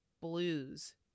blues